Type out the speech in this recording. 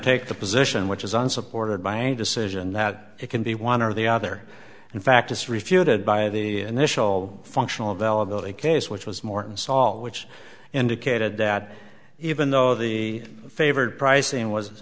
take the position which is unsupported by a decision that it can be one or the other in fact it's refuted by the initial functional availability case which was morton salt which indicated that even though the favored pricing was